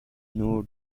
نور